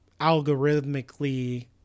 algorithmically